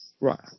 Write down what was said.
Right